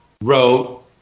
wrote